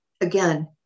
again